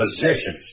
possessions